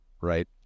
right